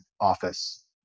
office